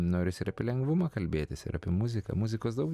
norisi ir apie lengvumą kalbėtis ir apie muziką muzikos daug